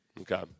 Okay